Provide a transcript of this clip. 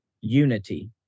unity